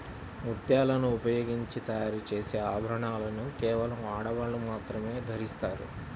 ముత్యాలను ఉపయోగించి తయారు చేసే ఆభరణాలను కేవలం ఆడవాళ్ళు మాత్రమే ధరిస్తారు